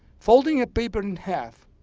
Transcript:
folding a paper in half,